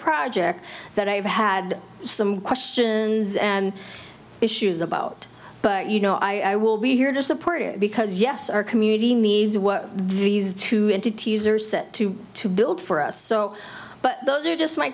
project that i have had some questions and issues about but you know i will be here to support it because yes our community needs work visas to entities are set to to build for us so but those are just my